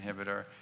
inhibitor